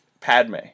Padme